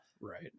Right